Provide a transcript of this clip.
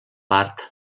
part